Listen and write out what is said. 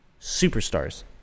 superstars